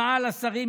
היא רעה לשרים,